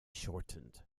shortened